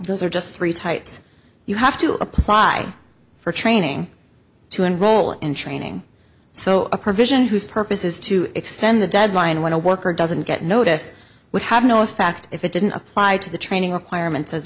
those are just three types you have to apply for training to enroll in training so a provision whose purpose is to extend the deadline when a worker doesn't get noticed would have no effect if it didn't apply to the training requirements as